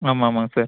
ஆமாம் ஆமாம் சார்